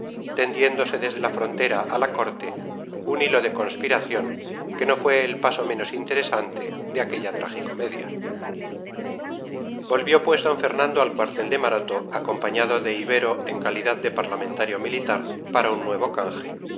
tendiéndose desde la frontera a la corte un hilo de conspiración que no fue el paso menos interesante de aquella tragicomedia volvió pues d fernando al cuartel de maroto acompañado de ibero en calidad de parlamentario militar para un nuevo canje